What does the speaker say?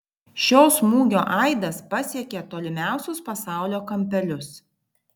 šio smūgio aidas pasiekė tolimiausius pasaulio kampelius